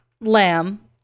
lamb